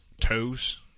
toes